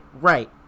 right